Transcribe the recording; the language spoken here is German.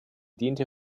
diente